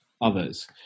others